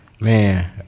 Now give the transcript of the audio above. Man